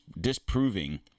disproving